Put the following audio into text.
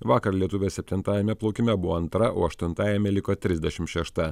vakar lietuvė septintajame plaukime buvo antra o aštuntajame liko trisdešim šešta